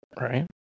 right